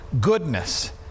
Goodness